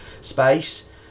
space